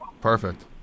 Perfect